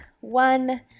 one